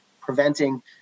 preventing